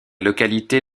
localité